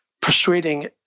Persuading